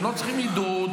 הם לא צריכים עידוד,